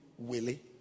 Willie